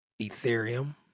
Ethereum